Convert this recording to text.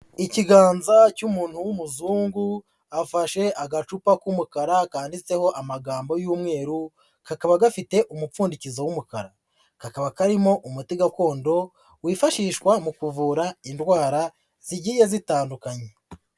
Ikiganza cy'umuntu w'umuzungu afashe agacupa k'umukara kandiditseho amagambo y'umweru, kakaba gafite umupfundikizo w'umukara, kakaba karimo umuti gakondo, wifashishwa mu kuvura indwara zigiye zitandukanye.